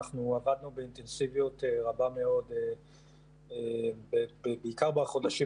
אנחנו עבדנו באינטנסיביות רבה מאוד בעיקר בחודשים